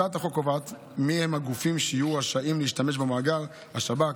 הצעת החוק קובעת אילו גופים יהיו רשאים להשתמש במאגר: השב"כ,